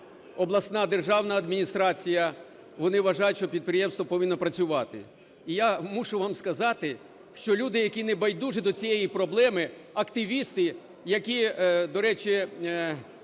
обласна державна адміністрація, вони вважають, що підприємство повинно працювати. І я мушу вам сказати, що люди, які небайдужі до цієї проблеми, активісти, які, до речі,